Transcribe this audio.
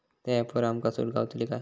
त्या ऍपवर आमका सूट गावतली काय?